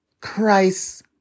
Christ